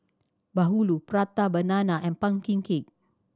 bahulu Prata Banana and pumpkin cake